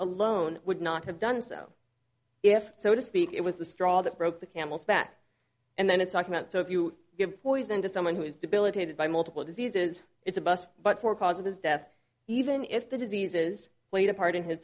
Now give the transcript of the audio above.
alone would not have done so if so to speak it was the straw that broke the camel's back and then it's argument so if you give poison to someone who is debilitated by multiple diseases it's a bust but for cause of his death even if the disease is played a part in his